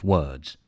Words